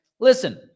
Listen